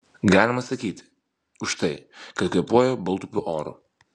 galima sakyti už tai kad kvėpuoja baltupių oru